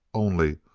only,